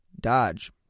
Dodge